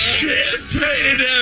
Champagne